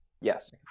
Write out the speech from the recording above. Yes